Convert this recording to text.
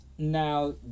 Now